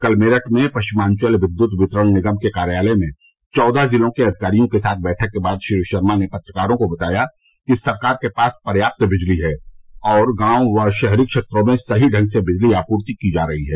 कल मेरठ में पश्मिांचल विद्युत वितरण निगम के कार्यालय में चौदह जिलों के अधिकारियों के साथ बैठक के बाद श्री शर्मा ने पत्रकारों को बताया कि सरकार के पास पर्याप्त बिजली है और गांव व शहरी क्षेत्रों में सहीं ढंग से बिजली आपूर्ति की जा रही है